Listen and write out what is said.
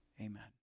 Amen